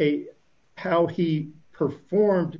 a how he performed